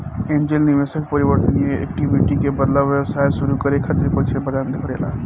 angel निवेशक परिवर्तनीय equity के बदला व्यवसाय सुरू करे खातिर पईसा प्रदान करेला